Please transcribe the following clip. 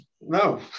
No